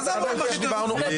מה זה המורים הכי טובים זה